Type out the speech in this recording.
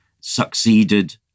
succeeded